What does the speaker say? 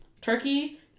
turkey